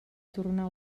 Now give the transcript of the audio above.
tornar